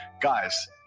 guys